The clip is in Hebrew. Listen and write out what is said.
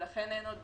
עוד